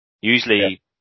usually